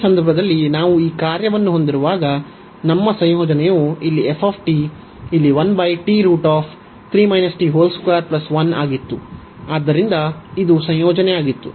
ಈ ಸಂದರ್ಭದಲ್ಲಿ ನಾವು ಈ ಕಾರ್ಯವನ್ನು ಹೊಂದಿರುವಾಗ ನಮ್ಮ ಸಂಯೋಜನೆಯು ಇಲ್ಲಿ f ಇಲ್ಲಿ ಆಗಿತ್ತು ಆದ್ದರಿಂದ ಇದು ಸಂಯೋಜನೆಯಾಗಿತ್ತು